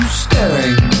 staring